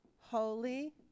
Holy